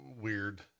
weird